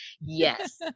Yes